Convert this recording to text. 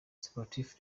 sportifs